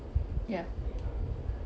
ya